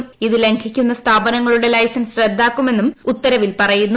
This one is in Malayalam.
ഉത്തരവ് ലംഘിക്കുന്ന സ്ഥാപനങ്ങളുടെ ലൈസൻസ് റദ്ദാക്കുമെന്നും ഉത്തരവിൽ പറയുന്നു